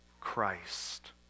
Christ